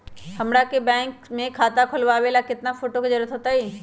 हमरा के बैंक में खाता खोलबाबे ला केतना फोटो के जरूरत होतई?